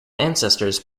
ancestors